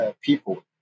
people